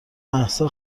مهسا